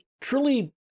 truly